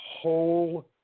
whole